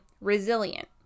resilient